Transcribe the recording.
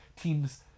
teams